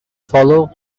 follow